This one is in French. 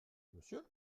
monsieur